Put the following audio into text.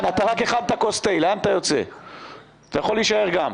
לגבי מה --- אני לא יכול כרגע להתייחס,